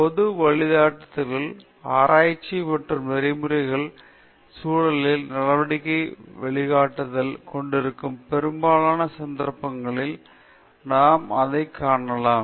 பொது வழிகாட்டுதல்கள் ஆராய்ச்சி மற்றும் நெறிமுறைகளில் மிகசூழலில் நடவடிக்கை வழிகாட்டுதல்களை கொண்டிருக்கும் பெரும்பாலான சந்தர்ப்பங்களில் நாம் அதைக் காணலாம்